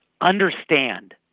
understand